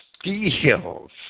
steals